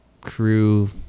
Crew